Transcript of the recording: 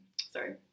sorry